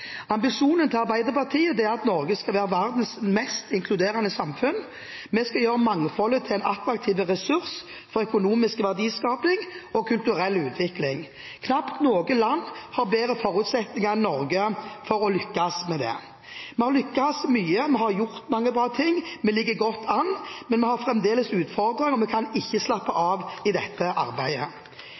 Ambisjonen til Arbeiderpartiet er at Norge skal være verdens mest inkluderende samfunn. Vi skal gjøre mangfoldet til en attraktiv ressurs for økonomisk verdiskaping og kulturell utvikling. Knapt noe land har bedre forutsetninger enn Norge for å lykkes med det. Vi har lyktes mye, vi har gjort mange bra ting, og vi ligger godt an, men vi har fremdeles utfordringer og kan ikke slappe av i dette arbeidet.